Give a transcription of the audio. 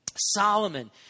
Solomon